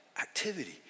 activity